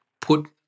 put